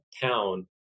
town